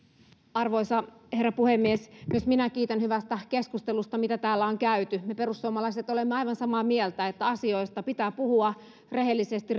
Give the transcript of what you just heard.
arvoisa herra puhemies myös minä kiitän hyvästä keskustelusta mitä täällä on käyty me perussuomalaiset olemme aivan samaa mieltä että asioista pitää puhua rehellisesti